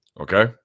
Okay